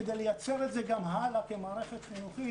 כדי לייצר את זה גם הלאה כמערכת חינוכית,